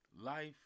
Life